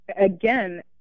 again